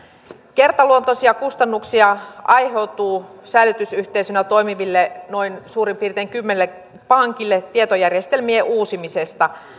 kertaluontoisia kustannuksia aiheutuu säilytysyhteisönä toimiville noin suurin piirtein kymmenelle pankille tietojärjestelmien uusimisesta